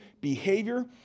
behavior